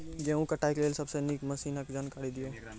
गेहूँ कटाई के लेल सबसे नीक मसीनऽक जानकारी दियो?